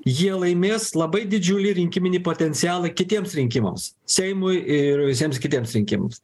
jie laimės labai didžiulį rinkiminį potencialą kitiems rinkimams seimui ir visiems kitiems rinkimams